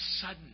sudden